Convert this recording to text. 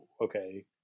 okay